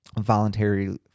voluntary